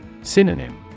Synonym